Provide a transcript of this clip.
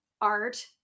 art